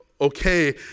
okay